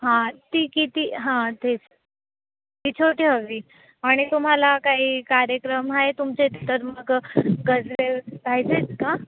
हां ती किती हां तेच ती छोटी हवी आणि तुम्हाला काही कार्यक्रम आहे तुमच्या इथे तर मग गजरे पाहिजेत का